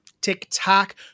TikTok